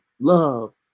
love